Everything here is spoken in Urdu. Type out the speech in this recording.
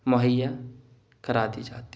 مہیا کرا دی جاتی ہے